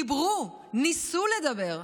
דיברו, ניסו לדבר,